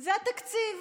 זה התקציב.